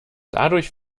dadurch